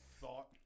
thought